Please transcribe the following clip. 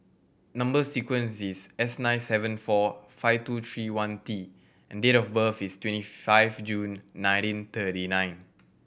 number sequence is S nine seven four five two three one T and date of birth is twenty five June nineteen thirty nine